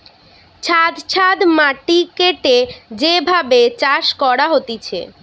ছাদ ছাদ মাটি কেটে যে ভাবে চাষ করা হতিছে